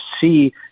see